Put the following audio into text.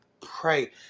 Pray